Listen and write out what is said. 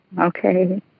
Okay